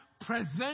present